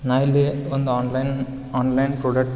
ನಾ ಇಲ್ಲಿ ಒಂದು ಆನ್ಲೈನ್ ಆನ್ಲೈನ್ ಪ್ರೊಡಕ್ಟ್